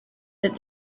that